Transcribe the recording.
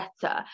better